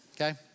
Okay